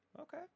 Okay